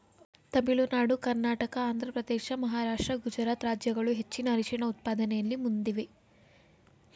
ತಮಿಳುನಾಡು ಕರ್ನಾಟಕ ಆಂಧ್ರಪ್ರದೇಶ ಮಹಾರಾಷ್ಟ್ರ ಗುಜರಾತ್ ರಾಜ್ಯಗಳು ಹೆಚ್ಚಿನ ಅರಿಶಿಣ ಉತ್ಪಾದನೆಯಲ್ಲಿ ಮುಂದಿವೆ